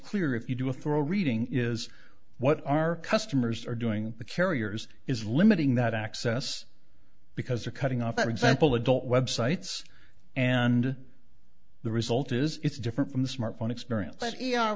clear if you do a thorough reading is what our customers are doing the carriers is limiting that access because they're cutting off that example adult web sites and the result is it's different from the smartphone experience